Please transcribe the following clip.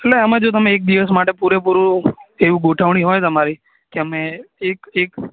એટલે આમાં જો તમે એક દિવસ માટે પૂરે પૂરૂં એવું ગોઠવણી હોય તમારી કે અમે એક એક